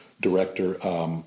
director